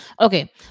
okay